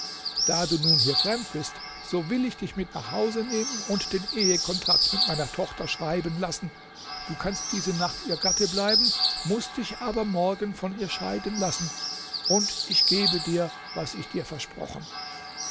da du nun hier fremd bist so will ich dich mit nach hause nehmen und den ehekontrakt mit meiner tochter schreiben lassen du kannst diese nacht ihr gatte bleiben mußt dich aber morgen von ihr scheiden lassen und ich gebe dir was ich dir versprochen